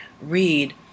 read